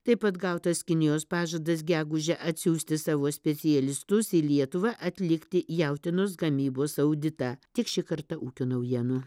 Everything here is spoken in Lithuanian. taip pat gautas kinijos pažadas gegužę atsiųsti savo specialistus į lietuvą atlikti jautienos gamybos auditą tiek šį kartą ūkio naujienų